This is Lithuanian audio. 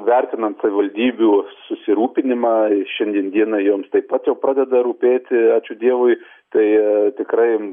vertinant savivaldybių susirūpinimą šiandien dieną joms taip pat jau pradeda rūpėti ačiū dievui tai tikrai